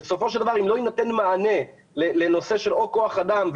בסופו של דבר אם לא יינתן מענה לנושא של כוח אדם,